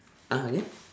!huh! again